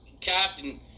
Captain